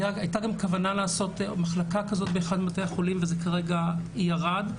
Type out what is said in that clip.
הייתה גם כוונה לעשות מחלקה כזאת באחד מבתי החולים וזה כרגע ירד.